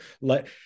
let